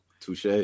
touche